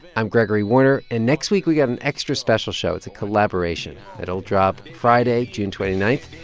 i'm gregory warner, and next week we got an extra special show. it's a collaboration. it'll drop friday, june twenty nine.